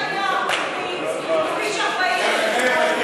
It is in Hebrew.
ספר להם על,